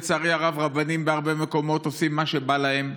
לצערי הרב רבנים בהרבה מקומות עושים מה שבא להם.